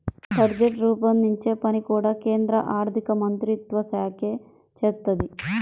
budget రూపొందించే పని కూడా కేంద్ర ఆర్ధికమంత్రిత్వశాఖే చేత్తది